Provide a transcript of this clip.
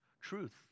truth